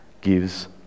gives